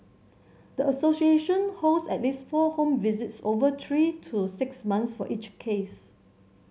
the association holds at least four home visits over three to six months for each case